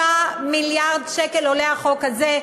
6 מיליארד שקל עולה החוק הזה.